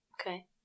Okay